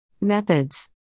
Methods